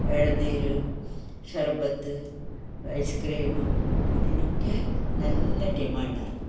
ഇളനീര് ശർബത്ത് ഐസ്ക്രീമ് ഇതിനൊക്കെ നല്ല ഡിമാൻഡാണ്